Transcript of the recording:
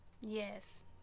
Yes